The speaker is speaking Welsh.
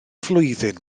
flwyddyn